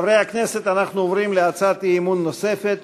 חברי הכנסת, אנחנו עוברים להצעת אי-אמון נוספת,